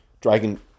Dragon